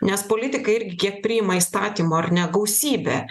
nes politikai irgi kiek priima įstatymų ar ne gausybę